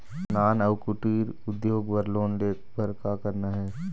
नान अउ कुटीर उद्योग बर लोन ले बर का करना हे?